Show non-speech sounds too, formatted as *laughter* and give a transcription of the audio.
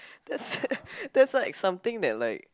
that's *noise* that's like something that like